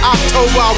October